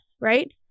right